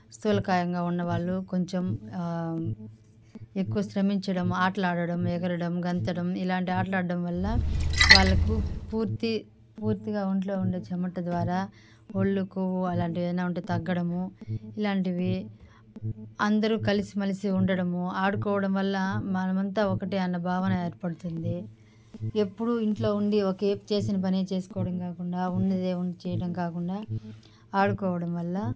సులకాయంగా ఉన్నవాళ్ళు కొంచెం ఎక్కువ శ్రమించడం ఆటలు ఆడడం ఎగరడం గెంతడం ఇలాంటి ఆటలు ఆడడం వల్ల వాళ్ళకు పూర్తి పూర్తిగా ఒంట్లో ఉండే చెమట ద్వారా ఒళ్ళు కొవ్వు అలాంటివి ఏవైనా ఉంటే తగ్గడము ఇలాంటివి అందరు కలిసిమెలిసి ఉండడం ఆడుకోవడం వల్ల మనమంతా ఒకటే అన్న భావన ఏర్పడుతుంది ఎప్పుడు ఇంట్లో ఉండి ఒక ఏప్ చేసిన పని చేసుకోవడం కాకుండా ఉన్నదే ఉండి చేయడం కాకుండా ఆడుకోవడం వల్ల